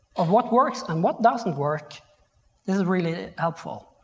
of what works and what doesn't work, this is really helpful.